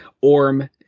Orm